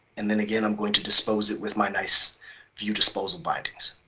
and then again i'm going to dispose it with my nice view disposal bindings.